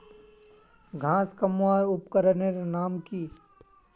घांस कमवार उपकरनेर नाम की?